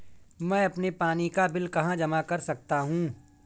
मैं अपने पानी का बिल कहाँ जमा कर सकता हूँ?